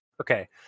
Okay